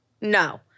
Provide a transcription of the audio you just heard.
No